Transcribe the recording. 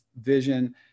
vision